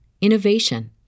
innovation